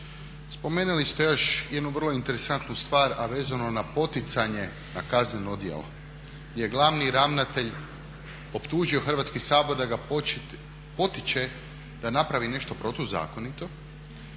Spomenuli ste još jednu vrlo interesantnu stvar a vezanu na poticanje na kazneno djelo, gdje je glavni ravnatelj optužio Hrvatski sabor da ga potiče da napravi nešto protuzakonito